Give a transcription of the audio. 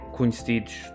conhecidos